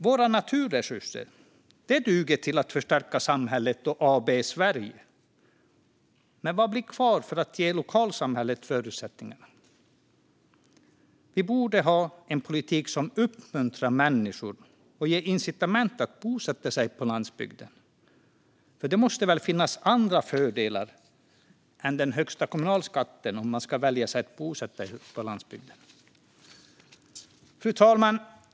Våra naturresurser duger till att förstärka samhället och AB Sverige - men vad blir kvar för att ge lokalsamhället förutsättningar? Vi borde ha en politik som uppmuntrar människor och ger incitament att bosätta sig på landsbygden. Det måste väl finnas andra fördelar än den högsta kommunalskatten om människor ska välja att bosätta sig på landsbygden. Fru talman!